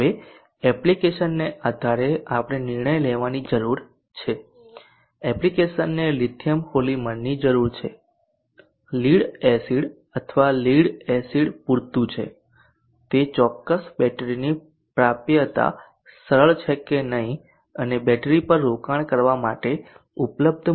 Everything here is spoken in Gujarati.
હવે એપ્લિકેશનને આધારે આપણે નિર્ણય લેવાની જરૂર છે એપ્લિકેશનને લિથિયમ પોલિમરની જરૂરિયાત છે લીડ એસિડ અથવા લીડ એસિડ પૂરતું છે તે ચોક્કસ બેટરીની પ્રાપ્યતા સરળ છે કે નહીં અને બેટરી પર રોકાણ કરવા માટે ઉપલબ્ધ મૂડીની માત્રા કેટલી છે